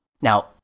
Now